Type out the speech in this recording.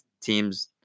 team's